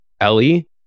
Ellie